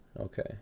Okay